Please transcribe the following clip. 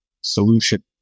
solution